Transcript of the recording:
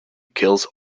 kills